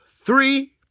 three